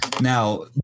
Now